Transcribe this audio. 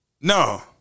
No